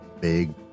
Big